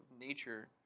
nature